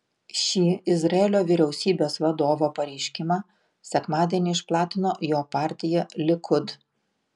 šį izraelio vyriausybės vadovo pareiškimą sekmadienį išplatino jo partija likud